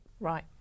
Right